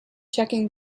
checking